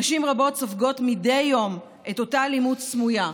נשים רבות סופגות מדי יום את אותה אלימות סמויה,